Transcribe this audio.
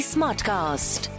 Smartcast